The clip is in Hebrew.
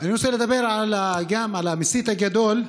אני רוצה לדבר גם על המסית הגדול,